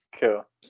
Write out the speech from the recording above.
Cool